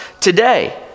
today